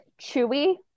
Chewy